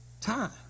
time